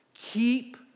Keep